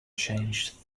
change